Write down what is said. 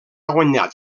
guanyat